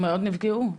מאוד נפגעו.